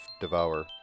devour